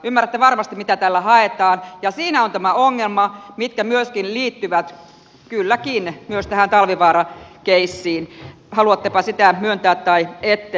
ymmärrätte varmasti mitä tällä haetaan ja siinä on tämä ongelma mikä liittyy kylläkin myös tähän talvivaara keissiin haluattepa sitä myöntää tai ette